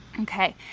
Okay